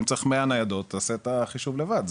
אם צריך 100 ניידות תעשה את החישוב לבד,